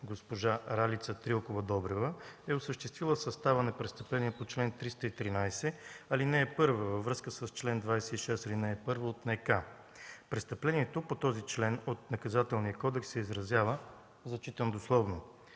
госпожа Ралица Трилкова Добрева е осъществила състава на престъпление по чл. 313, ал. 1, във връзка с чл. 26, ал. 1 от Наказателния кодекс. Престъплението по този член от Наказателния кодекс се изразява, чета дословно: